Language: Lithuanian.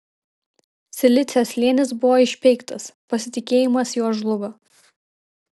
silicio slėnis buvo išpeiktas pasitikėjimas juo žlugo